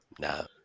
No